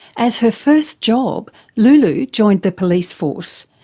as her first job lulu joined the police force,